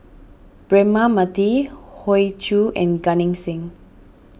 Braema Mathi Hoey Choo and Gan Eng Seng